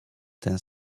ten